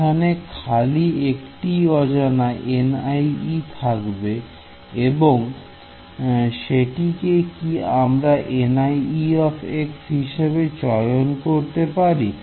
এখানে খালি একটি অজানা থাকবে এবং সেটিকে কি আমরা হিসেবে চয়ন করতে পারি